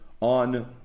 On